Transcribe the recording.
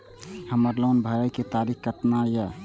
हमर लोन भरे के तारीख केतना ये?